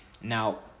now